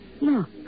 look